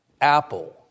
apple